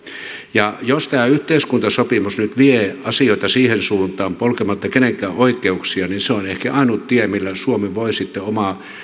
ja jos tämä yhteiskuntasopimus nyt vie asioita siihen suuntaan polkematta kenenkään oikeuksia niin se on ehkä ainut tie millä suomi voi sitten omaa